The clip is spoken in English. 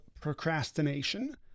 procrastination